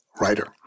writer